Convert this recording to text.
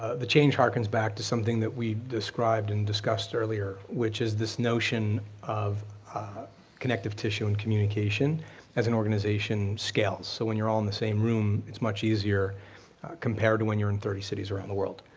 the change part comes back to something that we described and discussed earlier, which is this notion of connective tissue and communication as an organization scales. so when you're all in the same room, it's much easier compared to when you're in thirty cities around the world.